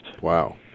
Wow